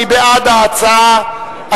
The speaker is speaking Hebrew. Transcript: מי בעד הצעת הוועדה,